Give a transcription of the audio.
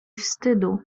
wstydu